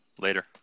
later